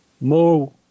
more